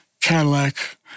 Cadillac